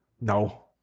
No